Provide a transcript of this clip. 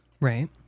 Right